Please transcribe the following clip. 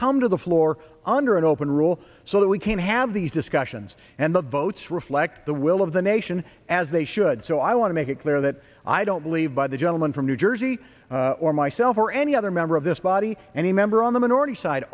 come to the floor under an open rule so that we can have these discussions and the votes reflect the will of the nation as they should so i want to make it clear that i don't believe by the gentleman from new jersey or myself or any other member of this body any member on the minority side